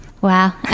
Wow